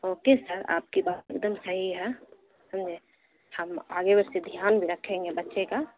okay sir آپ کی بات ایک دم صحیح ہے سمجھے ہم آگے بس یہ دھیان بھی رکھیں گے بچے کا